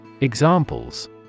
Examples